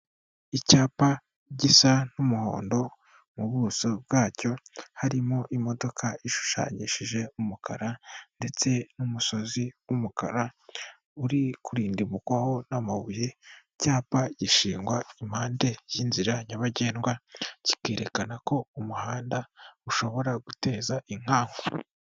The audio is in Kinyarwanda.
Icyapa gisa n'umuhondo, mu buso bwacyo harimo imodoka ishushanyishije umukara ndetse n'umusozi w'umukara uri kurindimukwaho n'amabuye, icyapa gishingwa impande y'inzira nyabagendwa, kikerekana ko umuhanda ushobora guteza inkangu.